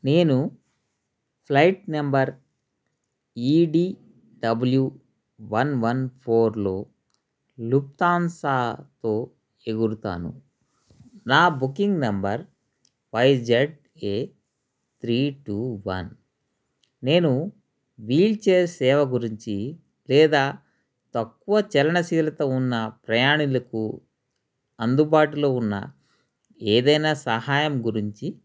నేను flight number E D W one one ఫోర్లో లుఫ్తాన్సాతో ఎగురుతాను నా booking number Y Z A three two one నేను వీల్చేర్ సేవ గురించి లేదా తక్కువ చలనశీలత ఉన్న ప్రయాణీలకు అందుబాటులో ఉన్న ఏదైనా సహాయం గురించి